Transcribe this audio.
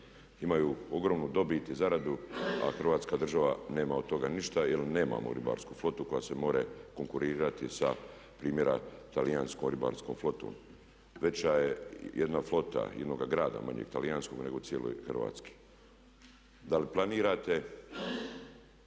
imaju ogromnu dobit i zaradu a Hrvatska država nema od toga ništa jer nemamo ribarsku flotu koja može konkurirati sa primjerice talijanskom ribarskom flotom. Veća je flota jednoga grada manjeg talijanskog nego cijele Hrvatske. Da li planirate